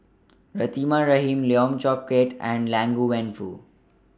Rahimah Rahim Lim Chong Keat and Liang Wenfu